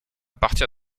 partir